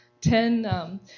ten